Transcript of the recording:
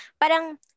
Parang